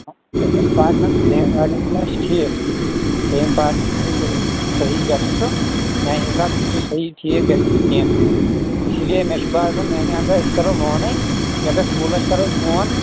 ترٛیٚیِم پاٹنر صحیح گژھِ نہٕ سُہ میٛانہِ حِسابہٕ چھِنہٕ سُہ ٹھیٖک گژھِ نہٕ سُہ کیٚنٛہہ اِسی لیے مےٚ چھُ باسان میٛانہِ انداز أسۍ کرو لونٕےٕ رۄپیَس وُہ لچھ کرو أسۍ لون